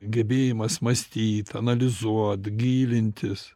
gebėjimas mąstyt analizuot gilintis